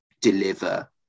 deliver